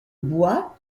bois